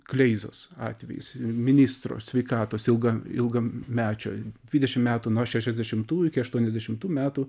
kleizos atvejis ministro sveikatos ilgą ilgamečio dvidešim metų nuo šešiasdešimtų iki aštuoniasdešimtų metų